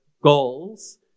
goals